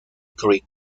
creek